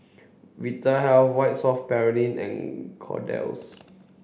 Vitahealth White soft Paraffin and Kordel's